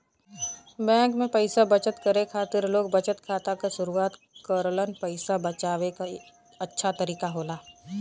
bank में पइसा बचत करे खातिर लोग बचत खाता क शुरआत करलन पइसा बचाये क अच्छा तरीका होला